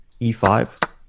e5